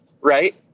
right